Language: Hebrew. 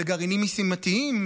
לגרעינים משימתיים,